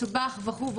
מסובך וכו'.